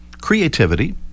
creativity